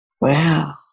Wow